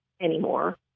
anymore